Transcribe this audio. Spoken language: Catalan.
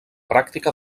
pràctica